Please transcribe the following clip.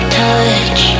touch